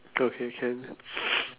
okay can